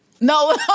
No